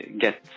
get